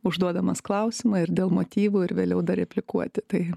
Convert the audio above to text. užduodamas klausimą ir dėl motyvų ir vėliau dar replikuoti tai